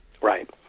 Right